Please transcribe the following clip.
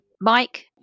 Mike